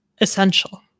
essential